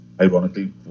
ironically